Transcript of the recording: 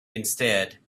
instead